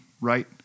right